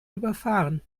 überfahren